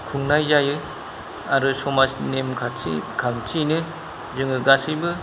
खुंनाय जायो आरो समाजनि नेम खान्थियैनो जोङो गासैबो